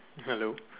hello